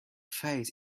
face